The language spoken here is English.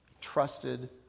Trusted